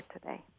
today